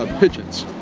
ah pigeons,